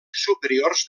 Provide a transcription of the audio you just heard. superiors